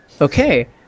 Okay